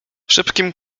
szybkim